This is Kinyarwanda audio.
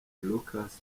lucas